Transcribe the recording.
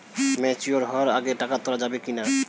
Mature হওয়ার আগে টাকা তোলা যাবে কিনা?